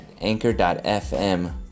anchor.fm